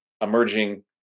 emerging